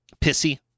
pissy